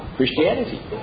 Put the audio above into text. Christianity